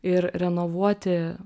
ir renovuoti